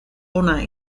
ona